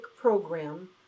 program